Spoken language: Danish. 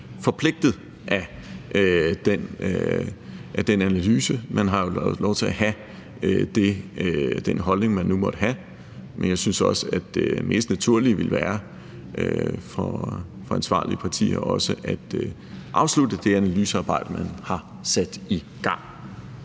forpligtet af den analyse. Man har jo lov til at have den holdning, man nu måtte have, men jeg synes også, at det mest naturlige for ansvarlige partier vil være at afslutte det analysearbejde, man har sat i gang.